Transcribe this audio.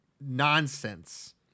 nonsense